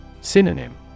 Synonym